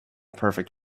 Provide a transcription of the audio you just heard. perfect